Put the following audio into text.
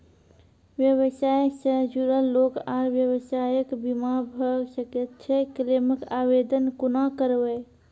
व्यवसाय सॅ जुड़ल लोक आर व्यवसायक बीमा भऽ सकैत छै? क्लेमक आवेदन कुना करवै?